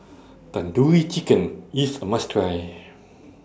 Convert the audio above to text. Tandoori Chicken IS A must Try